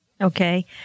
Okay